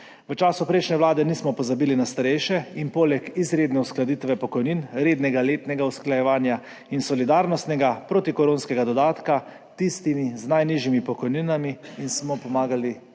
V času prejšnje vlade nismo pozabili na starejše in smo poleg izredne uskladitve pokojnin, rednega letnega usklajevanja in solidarnostnega protikoronskega dodatka tistim z najnižjimi pokojninami, pomagali